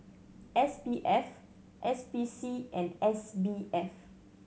S P F S P C and S B F